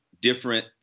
different